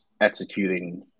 executing